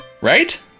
right